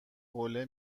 حوله